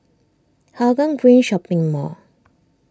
Hougang Green Shopping Mall